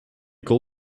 call